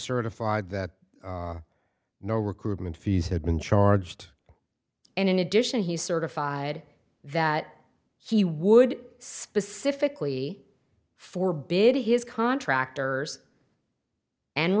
certified that no recruitment fees had been charged and in addition he certified that he would specifically forbidden his contractors and